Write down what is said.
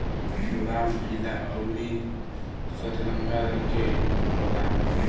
लाल पीला अउरी संतरा रंग के होला